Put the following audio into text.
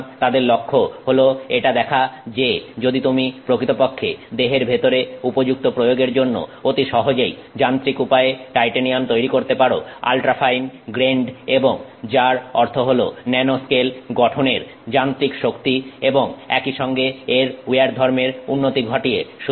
সুতরাং তাদের লক্ষ্য হলো এটা দেখা যে যদি তুমি প্রকৃতপক্ষে দেহের ভেতরে উপযুক্ত প্রয়োগের জন্য অতি সহজেই যান্ত্রিক উপায়ে টাইটেনিয়াম তৈরি করতে পারো আল্ট্রাফাইন গ্রেনড এবং যার অর্থ হলো ন্যানো স্কেল গঠনে এর যান্ত্রিক শক্তি এবং একইসঙ্গে এর উইয়ার ধর্মের উন্নতি ঘটিয়ে